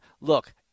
Look